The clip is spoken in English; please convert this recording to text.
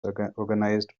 organized